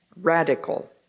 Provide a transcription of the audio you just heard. radical